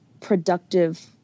productive